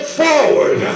forward